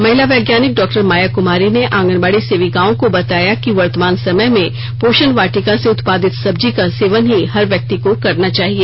महिला वैज्ञानिक डॉक्टर माया कुमारी ने आंगनबाड़ी सेविकाओं को कि वर्तमान समय में पोषण वाटिका से उत्पादित सब्जी का ही सेवन हर व्यक्ति को करना चाहिए